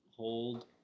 hold